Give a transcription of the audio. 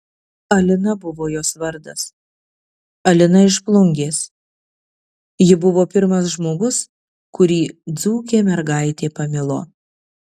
alina buvo jos vardas alina iš plungės ji buvo pirmas žmogus kurį dzūkė mergaitė pamilo